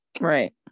right